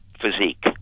physique